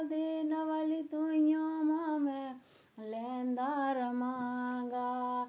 देने वाली तुइयों मां मैं लैंदा रवां गा